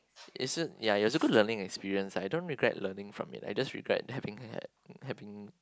it's a ya is a good learning experience ah I don't regret learning from it I just regret having had having